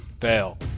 Fail